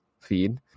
feed